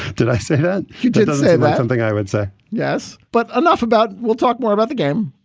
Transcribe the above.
did i say that you didn't say something? i would say yes, but enough about we'll talk more about the game.